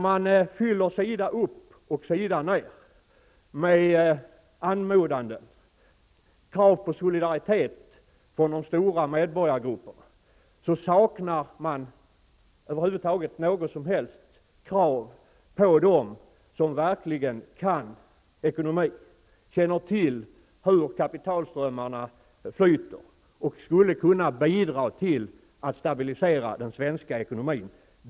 Man fyller sida upp och sida ned med krav på solidaritet från de stora medborgargrupperna. Däremot saknas varje som helst krav på dem som verkligen kan ekonomi, som känner till hur kapitalströmmarna flyter och som skulle kunna bidra till att stabilisera den svenska ekonomin.